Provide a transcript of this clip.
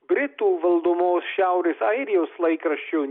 britų valdomos šiaurės airijos laikraščių